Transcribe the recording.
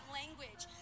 language